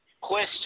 Question